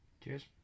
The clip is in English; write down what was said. Cheers